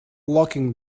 locking